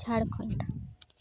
Jharkhand